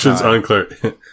unclear